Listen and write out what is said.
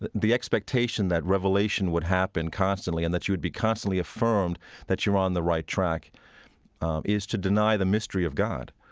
the the expectation that revelation would happen constantly and that you would be constantly affirmed that you're on the right track is to deny the mystery of god.